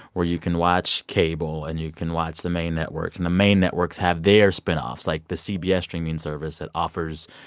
where you can watch cable and you can watch the main networks and the main networks have their spinoffs like the cbs streaming service that offers,